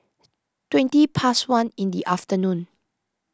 twenty past one in the afternoon